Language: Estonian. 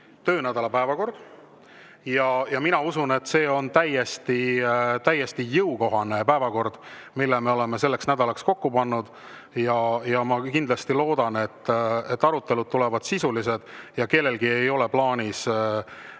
töönädala päevakord. Mina usun, et see on täiesti jõukohane päevakord, mille me oleme selleks nädalaks kokku pannud. Ma kindlasti loodan, et arutelud tulevad sisulised ja kellelgi ei ole plaanis